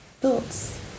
thoughts